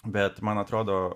bet man atrodo